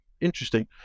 interesting